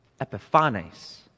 Epiphanes